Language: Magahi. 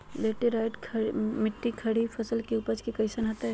लेटराइट मिट्टी खरीफ फसल के उपज कईसन हतय?